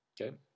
Okay